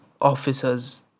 officers